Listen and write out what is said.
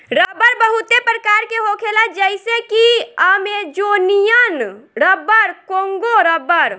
रबड़ बहुते प्रकार के होखेला जइसे कि अमेजोनियन रबर, कोंगो रबड़